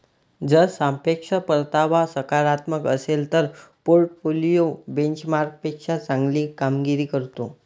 जर सापेक्ष परतावा सकारात्मक असेल तर पोर्टफोलिओ बेंचमार्कपेक्षा चांगली कामगिरी करतो